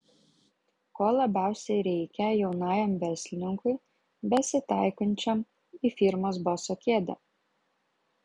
ko labiausiai reikia jaunajam verslininkui besitaikančiam į firmos boso kėdę